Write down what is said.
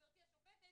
גברתי השופטת,